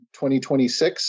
2026